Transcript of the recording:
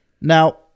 Now